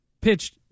pitched